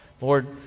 Lord